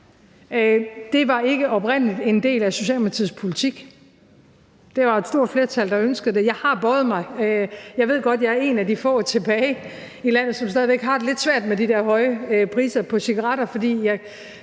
Det var oprindelig ikke en del af Socialdemokratiets politik. Det var et stort flertal, der ønskede det. Jeg har bøjet mig. Jeg ved godt, at jeg er en af de få tilbage i landet, som stadig væk har det lidt svært med de der høje priser på cigaretter – måske fordi jeg